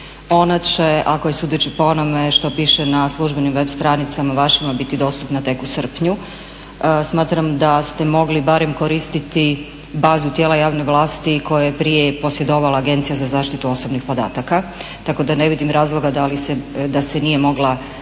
Ona će ako je sudeći po onome što piše na službenim web stranicama vašima biti dostupna tek u srpnju. Smatram da ste mogli barem koristiti bazu tijela javne vlasti koju je prije i posjedovala Agencija za zaštitu osobnih podataka, tako da ne vidim razloga da se nije mogla barem